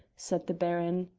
said the baron.